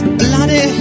bloody